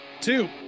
two